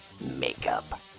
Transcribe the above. makeup